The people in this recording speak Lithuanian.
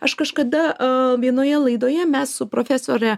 aš kažkada vienoje laidoje mes su profesore